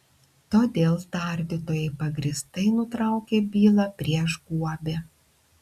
todėl tardytojai pagrįstai nutraukė bylą prieš guobį